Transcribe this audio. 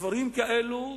דברים כאלה,